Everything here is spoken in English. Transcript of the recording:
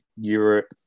europe